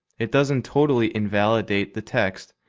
it doesn't totally invalidate the text,